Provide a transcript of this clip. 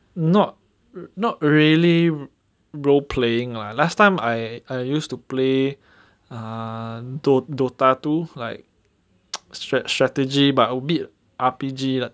not not really role playing lah last time I I used to play ah DO~ DOTA two like strategy but a bit R_P_G lah